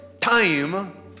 time